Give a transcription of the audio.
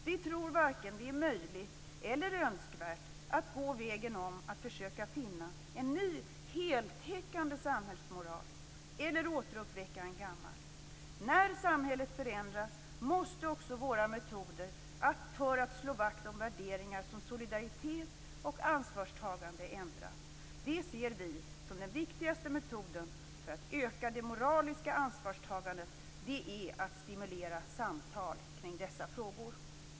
Vi tror varken att det är möjligt eller önskvärt att gå vägen om att försöka finna en ny, heltäckande samhällsmoral eller återuppväcka en gammal. När samhället förändras måste också våra metoder för att slå vakt om värderingar som solidaritet och ansvarstagande ändras. Det vi ser som den viktigaste metoden för att öka det moraliska ansvarstagandet är att stimulera samtal kring dessa frågor.